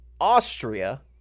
Austria